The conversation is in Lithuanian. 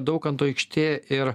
daukanto aikštė ir